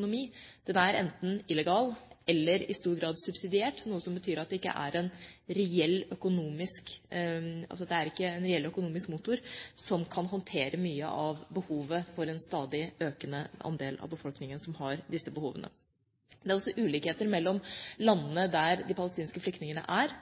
økonomi. Den er enten illegal eller i stor grad subsidiert, noe som betyr at det ikke er en reell økonomisk motor som kan håndtere mye av behovet for en stadig økende andel av befolkningen som har disse behovene. Det er også ulikheter mellom landene der de palestinske flyktningene er.